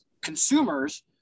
consumers